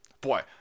Boy